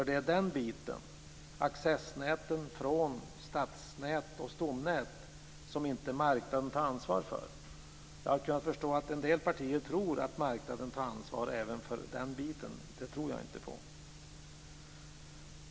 Det är den biten - accessnäten från stadsnät och stomnät - som marknaden inte tar ansvar för. Jag har förstått att en del partier tror att marknaden tar ansvar även för den biten, men det tror jag inte på.